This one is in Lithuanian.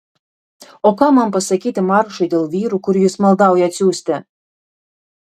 o ką man pasakyti maršui dėl vyrų kurių jis maldauja atsiųsti